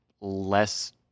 less